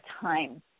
time